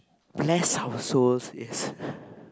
bless our souls yes